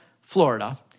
Florida